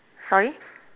sorry